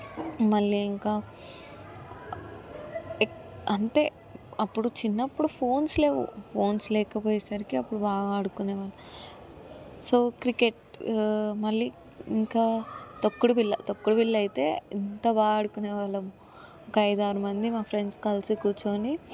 మళ్లీ ఇంకా అంతే అప్పుడు చిన్నప్పుడు ఫోన్స్ లేవు ఫోన్స్ లేకపోయేసరికి అప్పుడు బాగా ఆడుకునే వాళ్ళం సో క్రికెట్ మళ్లీ ఇంకా తొక్కుడు బిల్ల తొక్కుడు బిల్ల అయితే ఎంత బాగా ఆడుకునే వాళ్ళం ఒక ఐదు ఆరు మంది మా ఫ్రెండ్స్ కలిసి కూర్చొని